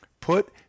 Put